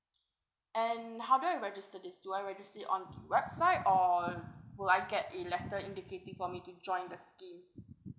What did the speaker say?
and how do I register this do I register it on website or will I get a letter indicating for me to join the scheme